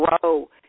grow